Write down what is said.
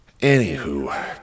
Anywho